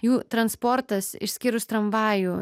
jų transportas išskyrus tramvajų